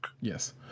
yes